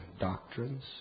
doctrines